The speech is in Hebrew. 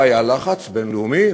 והיה לחץ בין-לאומי,